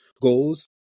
goals